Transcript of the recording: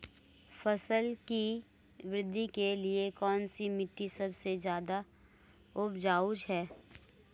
फसल की वृद्धि के लिए कौनसी मिट्टी सबसे ज्यादा उपजाऊ है?